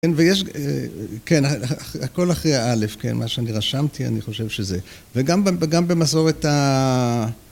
כן, ויש, כן, הכל אחרי ה א', כן? מה שאני רשמתי, אני חושב שזה. וגם במסורת ה...